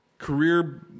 career